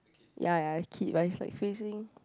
ya ya ya a kid but is like facing